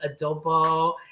adobo